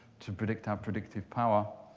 to predict our predictive power,